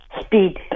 Speed